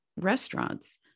restaurants